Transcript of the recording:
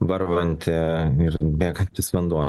varvanti ir bėgantis vanduo